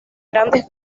grandes